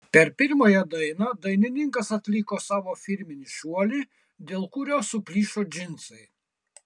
per pirmąją dainą dainininkas atliko savo firminį šuolį dėl kurio suplyšo džinsai